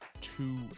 two